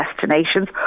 destinations